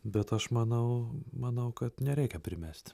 bet aš manau manau kad nereikia primest